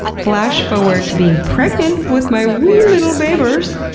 flash forward to being pregnant with my wee little babers,